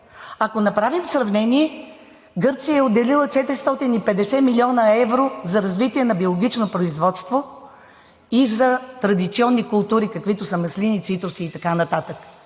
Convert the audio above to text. Ако направим сравнение, Гърция е отделила 450 млн. евро за развитие на биологично производство и за традиционни култури, каквито са маслини, цитруси и така нататък.